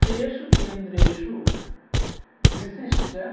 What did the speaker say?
तेषु केन्द्रेषु विशिष्य